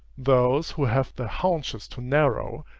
those who have the haunches too narrow,